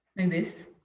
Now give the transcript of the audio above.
and this.